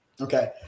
Okay